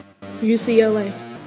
UCLA